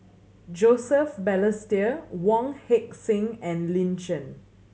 Joseph Balestier Wong Heck Sing and Lin Chen